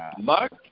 Mark